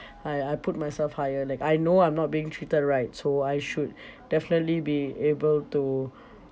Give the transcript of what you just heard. I I put myself higher like I know I'm not being treated right so I should definitely be able to